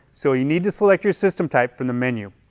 so you need to select your system type from the menu.